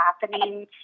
happening